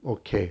okay